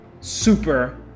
super